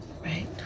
Right